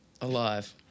alive